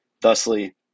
Thusly